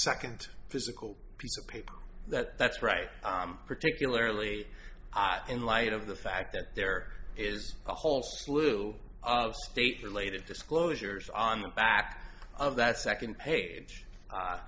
second physical piece of paper that that's right particularly hot in light of the fact that there is a whole slew of state related disclosures on the back of that second